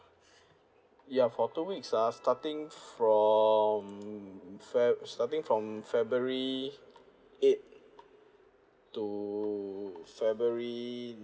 ya for two weeks ah starting from feb starting from february eight to february